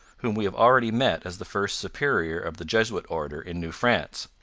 whom we have already met as the first superior of the jesuit order in new france.